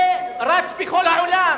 זה רץ בכל העולם,